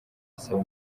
asaba